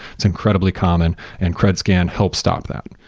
it's incredibly common and cred scan help stop that,